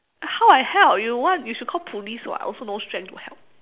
how I help you want you should call police [what] I also no strength to help